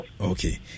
Okay